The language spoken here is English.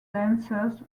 dancers